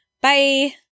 Bye